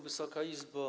Wysoka Izbo!